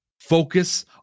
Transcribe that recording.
focus